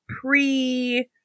pre